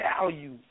value